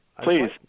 Please